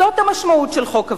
זאת המשמעות של חוק הווד”לים.